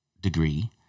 degree